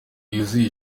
yuzuye